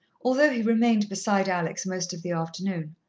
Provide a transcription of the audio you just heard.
although he remained beside alex most of the afternoon.